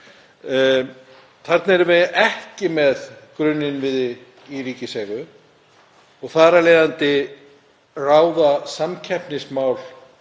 Þarna erum við ekki með grunninnviði í ríkiseigu, þar af leiðandi ráða samkeppnismál